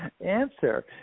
answer